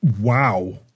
Wow